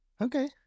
okay